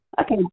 Okay